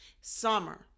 Summer